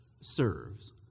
serves